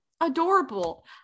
adorable